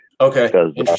okay